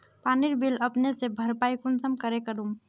पानीर बिल अपने से भरपाई कुंसम करे करूम?